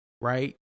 Right